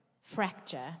fracture